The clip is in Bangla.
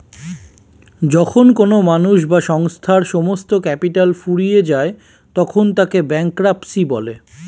যখন কোনো মানুষ বা সংস্থার সমস্ত ক্যাপিটাল ফুরিয়ে যায় তখন তাকে ব্যাঙ্করাপ্সি বলে